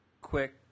quick